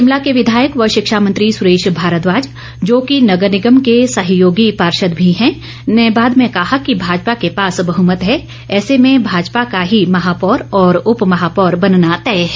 शिमला के विधायक व शिक्षा मंत्री सुरेश भारद्वाज जो कि नगर निगम के सहयोगी पार्षद भी हैं ने बाद में कहा कि भाजपा के पास बहुमत है ऐसे में भाजपा का ही महापौर और उप महापौर बनना तय है